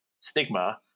stigma